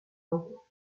rencontre